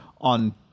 on